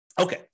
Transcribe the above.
Okay